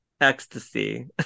ecstasy